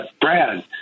Brad